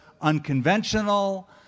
unconventional